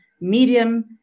Medium